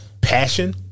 Passion